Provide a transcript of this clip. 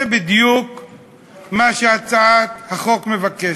זה בדיוק מה שהצעת החוק מבקשת.